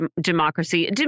democracy